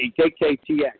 KKTX